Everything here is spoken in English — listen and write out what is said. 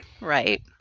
Right